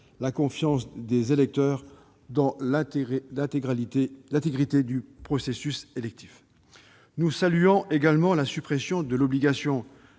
garantir aux électeurs l'intégrité du processus électif. Nous saluons également la suppression de l'obligation,